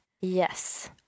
yes